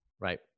right